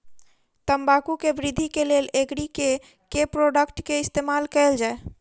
तम्बाकू केँ वृद्धि केँ लेल एग्री केँ के प्रोडक्ट केँ इस्तेमाल कैल जाय?